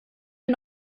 wir